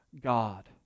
God